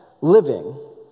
living